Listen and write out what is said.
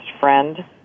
friend